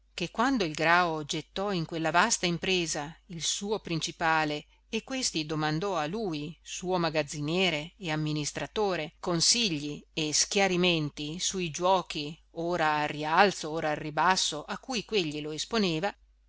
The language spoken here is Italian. che quando il grao gettò in quella vasta impresa il suo principale e questi domandò a lui suo magazziniere e amministratore consigli e schiarimenti sui giuochi ora al rialzo ora al ribasso a cui quegli lo esponeva